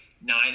nine